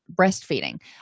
breastfeeding